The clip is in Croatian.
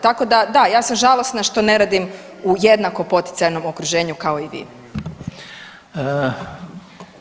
Tako da da, ja sam žalosna što ne radim u jednako poticajnom okruženju kao i vi.